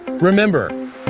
Remember